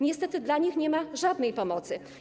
Niestety dla nich nie ma żadnej pomocy.